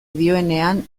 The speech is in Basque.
dioenean